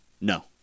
No